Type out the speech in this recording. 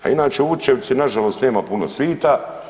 A inače u Vučevici na žalost nema puno svita.